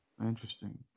interesting